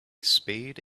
spade